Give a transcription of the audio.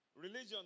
Religion